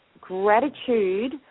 gratitude